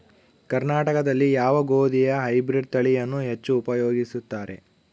ಕರ್ನಾಟಕದಲ್ಲಿ ಯಾವ ಗೋಧಿಯ ಹೈಬ್ರಿಡ್ ತಳಿಯನ್ನು ಹೆಚ್ಚು ಉಪಯೋಗಿಸುತ್ತಾರೆ?